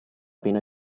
pena